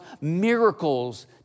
miracles